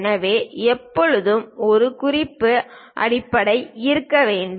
எனவே எப்போதும் ஒரு குறிப்பு அடிப்படை இருக்க வேண்டும்